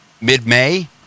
mid-may